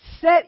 Set